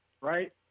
right